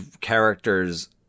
characters